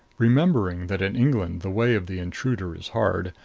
remembering that in england the way of the intruder is hard,